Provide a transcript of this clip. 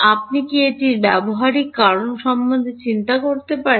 আপনি কি এটির ব্যবহারিক কারণ সম্পর্কে চিন্তা করতে পারেন